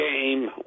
game